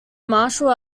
martial